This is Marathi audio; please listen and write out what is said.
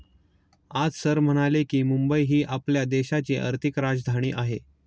आज सर म्हणाले की, मुंबई ही आपल्या देशाची आर्थिक राजधानी आहे